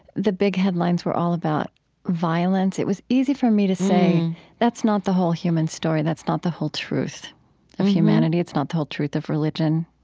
the big headlines were all about violence. it was easy for me to say that's not the whole human story, that's not the whole truth of humanity. it's not the whole truth of religion.